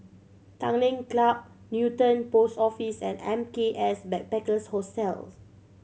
Tanglin Club Newton Post Office and M K S Backpackers Hostel